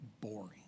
boring